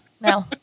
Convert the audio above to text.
No